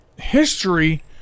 History